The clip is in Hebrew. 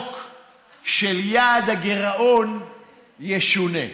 שהחוק של יעד הגירעון ישונה.